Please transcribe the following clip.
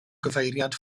gyfeiriad